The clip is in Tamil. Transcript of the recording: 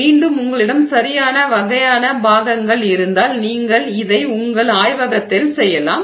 மீண்டும் உங்களிடம் சரியான வகையான பாகங்கள் இருந்தால் நீங்கள் இதை உங்கள் ஆய்வகத்தில் செய்யலாம்